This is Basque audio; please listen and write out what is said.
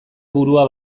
burua